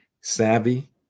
savvy